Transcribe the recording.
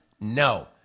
No